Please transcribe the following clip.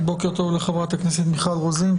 בוקר טוב לחברת הכנסת מיכל רוזין,